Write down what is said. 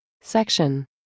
Section